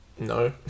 No